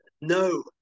No